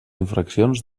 infraccions